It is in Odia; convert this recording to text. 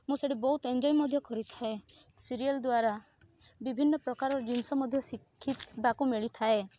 ମୁଁ ସେଇଠି ବହୁତ ଏଞ୍ଜଏ ମଧ୍ୟ କରିଥାଏ ସିରିଏଲ ଦ୍ବାରା ବିଭିନ୍ନ ପ୍ରକାର ଜିନିଷ ମଧ୍ୟ ଶିଖିବାକୁ ମିଳିଥାଏ